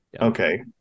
Okay